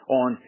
on